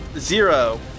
Zero